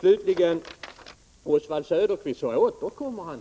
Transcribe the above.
Slutligen: Oswald Söderqvist återkommer